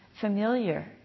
familiar